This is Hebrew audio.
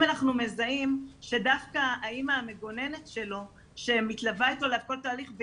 אם אנחנו מזהים שדווקא האימא המגוננת שלו שמתלווה איתו לכל התהליך,